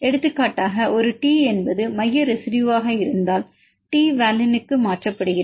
எடுத்துக்காட்டாக ஒரு T என்பது மைய ரெசிடுயுவாக இருந்தால் T வலினுக்கு மாற்றப்படுகிறது